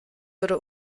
würde